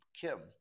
Kim